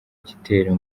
igitero